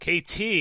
KT